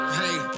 hey